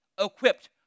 equipped